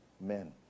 men